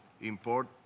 import